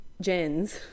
Gens